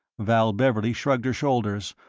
val beverley shrugged her shoulders,